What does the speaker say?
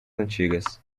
antigas